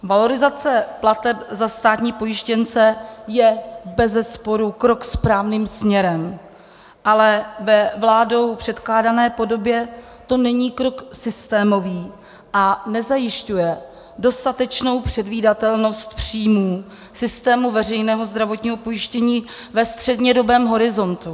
Valorizace plateb za státní pojištěnce je bezesporu krok správným směrem, ale ve vládou předkládané podobě to není krok systémový a nezajišťuje dostatečnou předvídatelnost příjmů v systému veřejného zdravotního pojištění ve střednědobém horizontu.